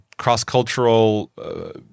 cross-cultural